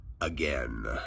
again